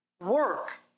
Work